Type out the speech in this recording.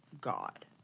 God